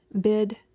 bid